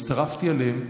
הצטרפתי אליהם,